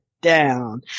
down